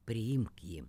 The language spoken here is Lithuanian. priimk jį